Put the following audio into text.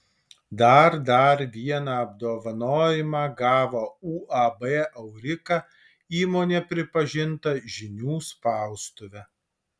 dar dar vieną apdovanojimą gavo uab aurika įmonė pripažinta žinių spaustuve